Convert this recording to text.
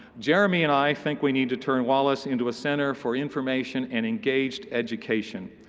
jeremy and i think we need to turn wallace into a center for information and engaged education.